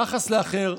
יחס לאחר.